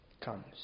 comes